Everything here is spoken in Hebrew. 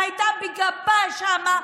והייתה בגפה שמה.